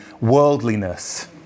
worldliness